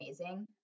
amazing